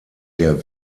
der